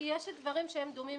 יש דברים שהם דומים,